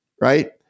right